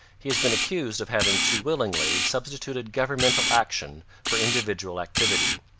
he has been accused of having too willingly substituted governmental action for individual activity.